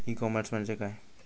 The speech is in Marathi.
ई कॉमर्स म्हणजे काय असा?